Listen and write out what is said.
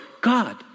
god